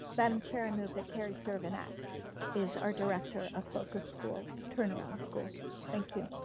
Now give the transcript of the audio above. madam chair, i move that carrie so crkvenac is our director of focus schools, turnaround schools. thank you.